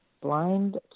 blind